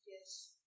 Yes